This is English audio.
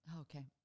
okay